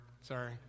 sorry